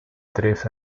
tres